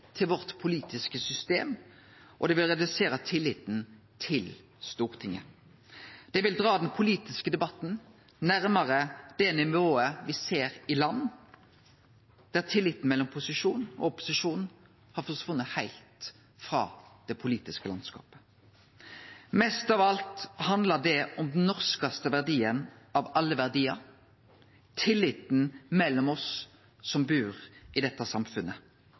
systemet vårt, og det vil redusere tilliten til Stortinget. Det vil dra den politiske debatten nærmare det nivået me ser i land der tilliten mellom posisjon og opposisjon har forsvunne heilt frå det politiske landskapet. Mest av alt handlar det om den norskaste av alle verdiar, nemleg tilliten mellom oss som bur i dette samfunnet,